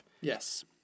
Yes